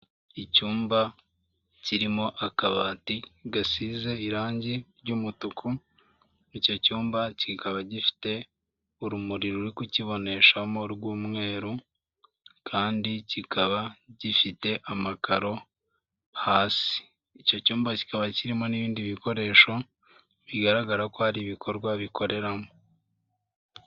Icyumba kirimo akabati gasize irangi ry'umutuku, icyo cyumba kikaba gifite urumuri ruri kukiboneshamo rw'umweru kandi kikaba gifite amakaro hasi. Icyo cyumba kikaba kirimo n'ibindi bikoresho bigaragara ko hari ibindi bikorwa bikoreramo.